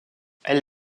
elle